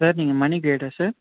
sir நீங்கள் மணி கைடா sir